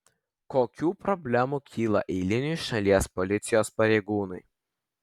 kokių problemų kyla eiliniui šalies policijos pareigūnui